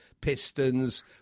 pistons